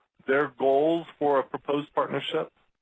their goals for a proposed partnership,